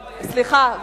סליחה,